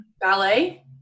Ballet